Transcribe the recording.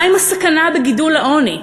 מה עם הסכנה בגידול העוני?